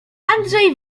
andrzej